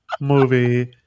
movie